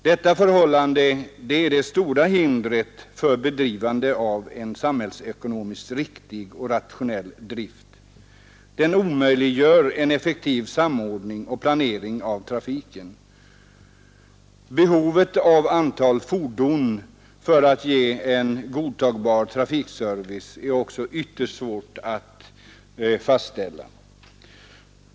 Detta förhållande är det stora hindret för en samhällsekonomiskt riktig och rationell drift. Det omöjliggör en effektiv samordning och planering av trafiken. Behovet av antal fordon för att ge en godtagbar trafikservice är också ytterst svårt att fastställa.